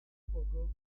poco